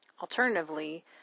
Alternatively